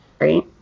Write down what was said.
right